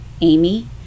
Amy